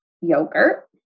yogurt